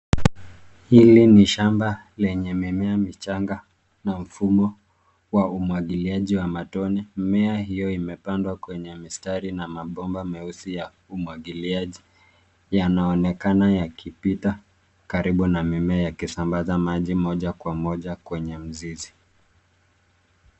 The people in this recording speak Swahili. Hili ni shamba lenye mimea michanga na mfumo wa umwagiliaji wa matone. Mimea hiyo imepandwa kwenye mistari na mabomba meusi ya umwagiliaji yanaonekana yakipita karibu na mimea yakisambaza maji moja kwa moja kwenye mzizi.